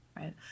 Right